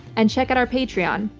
and check out our patreon.